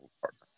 partner